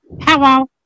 hello